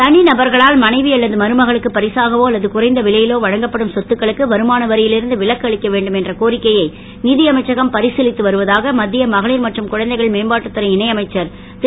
தனிநபர்களால் மனைவி அல்லது மருமகளுக்கு பரிசாகவோ அல்லது குறைந்த விலையிலோ வழங்கப்படும் சொத்துக்களுக்கு வருமான வரியில் இருந்து விலக்கு அளிக்க வேண்டும் என்ற கோரிக்கையை நிதியமைச்சகம் பரிசீலித்து வருவதாக மத்திய மகளிர் மற்றும் குழந்தைகள் மேம்பாட்டுத்துறை இணையமைச்சர் திரு